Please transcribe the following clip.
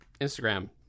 Instagram